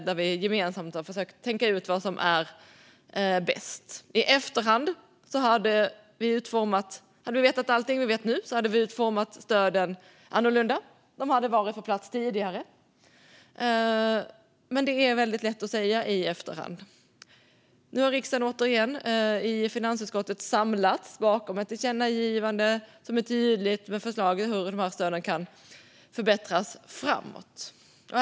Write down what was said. Vi har gemensamt försökt tänka ut vad som är bäst. I efterhand kan vi säga att om vi hade vetat allt vi vet nu hade vi utformat stöden annorlunda. De hade varit på plats tidigare. Men det är lätt att säga i efterhand. Nu har riksdagen återigen i finansutskottet samlats bakom ett tydligt tillkännagivande med förslag om hur stöden kan förbättras.